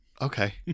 Okay